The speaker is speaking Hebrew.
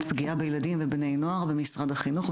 פגיעה בילדים ובני נוער במשרד החינוך,